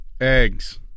Eggs